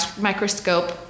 microscope